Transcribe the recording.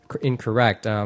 incorrect